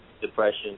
depression